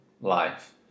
life